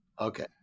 Okay